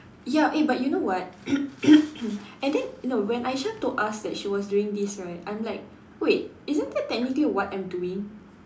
ya eh but you know what and then no when Aishah told us she was doing this right I'm like wait isn't that technically what I'm doing